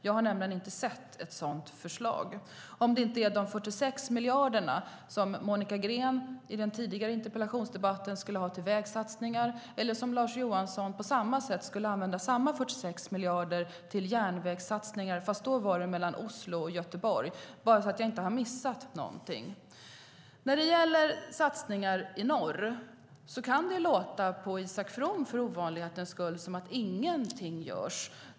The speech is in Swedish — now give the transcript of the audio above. Jag har nämligen inte sett något sådant förslag, om det inte är de 46 miljarder som Monica Green i den tidigare interpellationsdebatten skulle ha till vägsatsningar eller samma 46 miljarder som Lars Johansson skulle använda till järnvägssatsningar, fast då var det mellan Oslo och Göteborg - bara så att jag inte har missat någonting. När det gäller satsningar i norr kan det för ovanlighetens skull låta på Isak From som att ingenting görs.